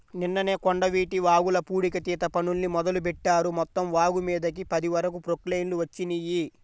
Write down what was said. నిన్ననే కొండవీటి వాగుల పూడికతీత పనుల్ని మొదలుబెట్టారు, మొత్తం వాగుమీదకి పది వరకు ప్రొక్లైన్లు వచ్చినియ్యి